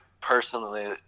personally